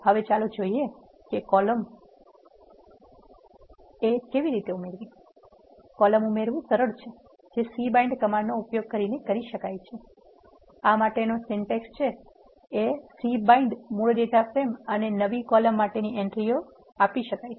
હવે ચાલો જોઈએ કે કોલમ કેવી રીતે ઉમેરવી કોલમ ઉમેરવું સરળ છે જે c bind કમાન્ડનો ઉપયોગ કરીને કરી શકાય છે આ માટે સિન્ટેક્સ c bind મૂળ ડેટા ફ્રેમ અને નવી કોલમ માટેની એન્ટ્રિઓ આપી શકાય છે